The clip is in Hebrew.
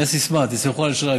יש סיסמה: תסמכו על שרגא.